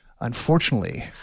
Unfortunately